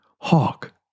hawk